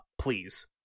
please